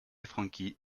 franchi